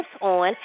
on